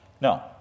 No